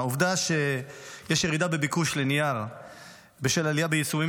העובדה שיש ירידה בביקוש לנייר בשל עלייה ביישומים